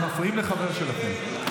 אתם מפריעים לחבר שלכם.